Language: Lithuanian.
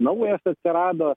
naujas atsirado